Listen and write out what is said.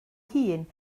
hun